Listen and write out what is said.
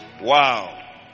Wow